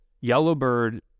Yellowbird